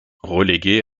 relégué